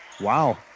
Wow